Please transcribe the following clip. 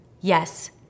Yes